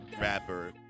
rapper